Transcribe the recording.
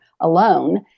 alone